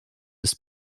ist